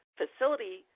facility